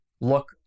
look